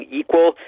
equal